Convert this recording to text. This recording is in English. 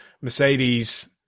Mercedes